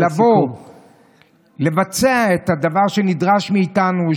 לבוא לבצע את הדבר שנדרש מאיתנו,